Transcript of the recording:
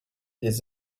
des